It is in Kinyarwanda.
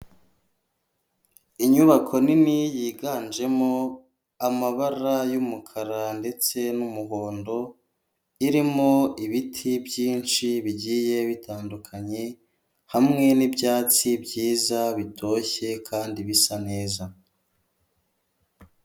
Inyubako nini yiganjemo amabara y'umukara ndetse n'umuhondo irimo ibiti byinshi bigiye bitandukanye, hamwe nibyatsi byiza bitoshye kandi bisa neza.